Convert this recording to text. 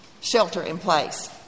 shelter-in-place